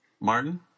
Martin